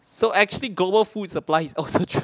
so actually global food supply is also